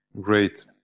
great